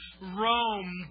Rome